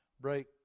break